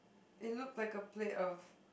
it looked like a plate of